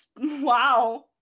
wow